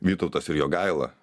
vytautas ir jogaila